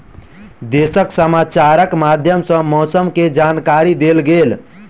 देशक समाचारक माध्यम सॅ मौसम के जानकारी देल गेल